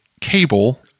cable